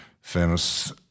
famous